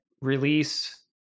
release